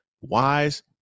Wise